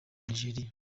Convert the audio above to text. nigeria